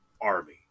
army